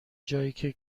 جاییکه